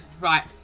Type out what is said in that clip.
right